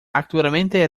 actualmente